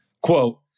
quote